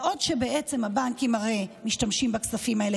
בעוד הבנקים הרי משתמשים בכספים האלה